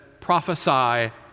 prophesy